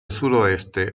sudoeste